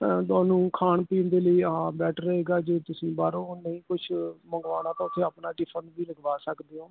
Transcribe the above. ਤੁਹਾਨੂੰ ਖਾਣ ਪੀਣ ਦੇ ਲਈ ਆ ਬੈਟਰ ਰਹੇਗਾ ਜੇ ਤੁਸੀਂ ਬਾਹਰੋਂ ਨਹੀਂ ਕੁਛ ਮੰਗਵਾਉਣਾ ਤਾਂ ਉੱਥੇ ਆਪਣਾ ਟਿਫਨ ਵੀ ਲਗਵਾ ਸਕਦੇ ਹੋ